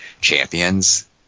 champions